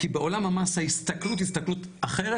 כי בעולם המס ההסתכלות היא הסתכלות אחרת.